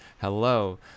Hello